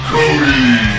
Cody